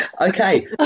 Okay